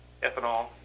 ethanol